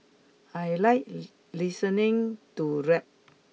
I like listening to rap